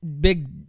big